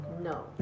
No